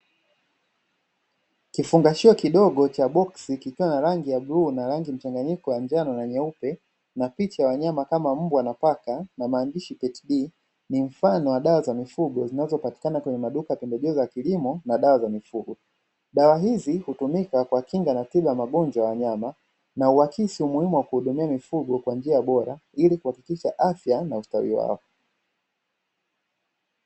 Kifungashio kidogo cha boksi kikiwa na rangi ya bluu na rangi mchanganyiko ya njano na nyeupe na picha ya wanyama kama mbwa na paka na maandishi "PETD", ni mfano wa dawa za mifugo zinazopatikana kwenye maduka ya pembejeo za kilimo na dawa za mifugo. Dawa hizi hutumika kwa kinga na tiba ya magonjwa ya wanyama, na huakisi umuhimu wa kuhudumia mifugo kwa njia bora ili kuhakikisha afya na ustawi wao.